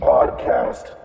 Podcast